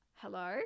hello